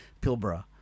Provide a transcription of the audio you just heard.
Pilbara